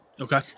Okay